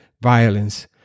violence